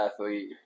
athlete